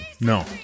No